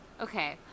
Okay